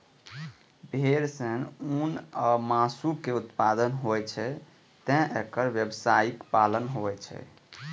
भेड़ सं ऊन आ मासु के उत्पादन होइ छैं, तें एकर व्यावसायिक पालन होइ छै